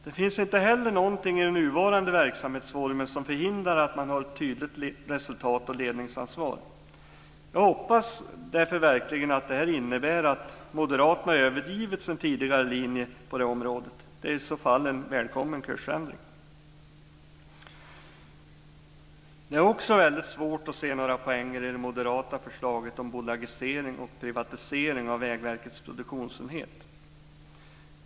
Det finns inte heller någonting i den nuvarande verksamhetsformen som förhindrar att man har ett tydligt resultat och ledningsansvar. Jag hoppas därför verkligen att det här innebär att Moderaterna har övergivit sin tidigare linje på det området. Det är i så fall en välkommen kursändring. Det är också väldigt svårt att se några poänger i det moderata förslaget om bolagisering och privatisering av Vägverkets produktionsenhet.